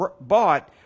bought